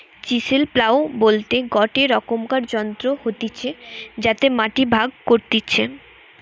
chisel plough বলতে গটে রকমকার যন্ত্র হতিছে যাতে মাটি ভাগ করতিছে